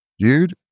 Dude